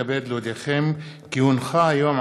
דברי הכנסת כג